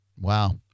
Wow